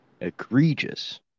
egregious